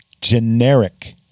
generic